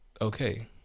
okay